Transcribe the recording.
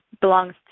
belongs